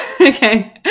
Okay